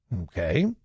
Okay